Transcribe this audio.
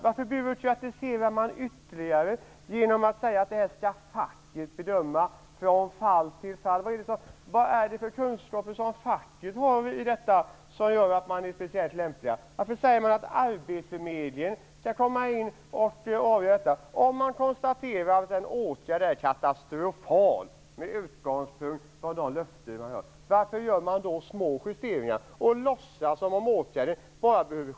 Varför byråkratiserar man ytterligare genom att säga att facket skall bedöma detta från fall till fall? Vad har facket för kunskaper som gör facket speciellt lämpligt för detta? Varför säger man att arbetsförmedlingen skall avgöra detta? Om man konstaterar att en åtgärd är katastrofal med utgångspunkt från löften som ges skall man väl inte göra små justeringar och låtsas som om det var allt som behövdes.